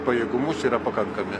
pajėgumus yra pakankami